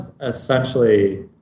essentially